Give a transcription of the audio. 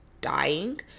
dying